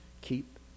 Keep